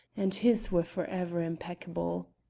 and his were forever impeccable.